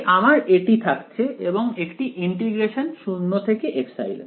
তাই আমার এটি থাকছে এবং একটি ইন্টিগ্রেশন 0 থেকে ε